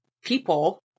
people